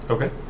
Okay